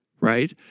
right